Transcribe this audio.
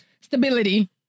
Stability